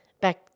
back